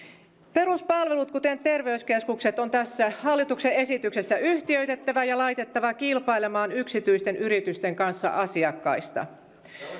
peruspalvelut kuten terveyskeskukset on tässä hallituksen esityksessä yhtiöitettävä ja laitettava kilpailemaan yksityisten yritysten kanssa asiakkaista